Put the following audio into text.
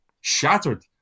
shattered